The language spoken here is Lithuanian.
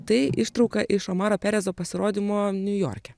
tai ištrauka iš omaro perezo pasirodymo niujorke